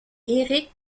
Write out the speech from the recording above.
éric